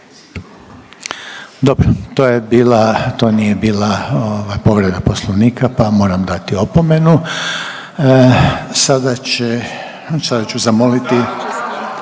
bila to nije bila povreda poslovnika pa vam moram dati opomenu. Sada će, sada